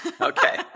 okay